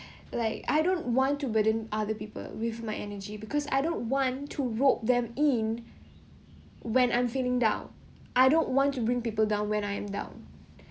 like I don't want to burden other people with my energy because I don't want to rob them in when I'm feeling down I don't want to bring people down when I am down